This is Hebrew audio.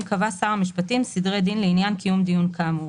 קבע שר המשפטים סדרי דין לעניין קיום דיון כאמור,